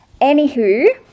Anywho